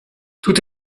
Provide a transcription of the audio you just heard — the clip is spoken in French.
tout